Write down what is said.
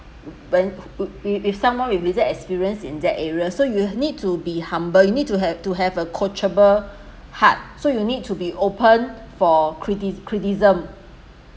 burn~ with with some one with wit~ experience in that area so you will need to be humble you need to have to have a coachable heart so you need to be open for critics~ criticism